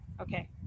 okay